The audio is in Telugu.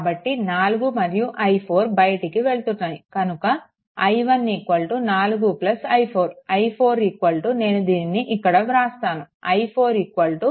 కాబట్టి 4 మరియు i4 బయటికి వెళ్తున్నాయి కనుక i1 4 i4 i4 నేను దీనిని ఇక్కడ వ్రాస్తాను i4 v3 0